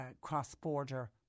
cross-border